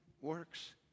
works